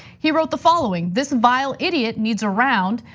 he wrote the following. this vile idiot needs a round,